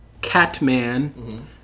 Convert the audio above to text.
Catman